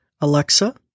Alexa